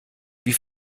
wie